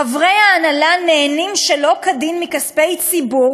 חברי ההנהלה נהנים שלא כדין מכספי ציבור,